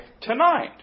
tonight